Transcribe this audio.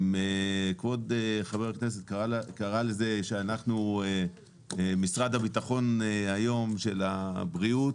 אם כבוד ח"כ קרא לזה שאנחנו משרד הבטחון היום של הבריאות,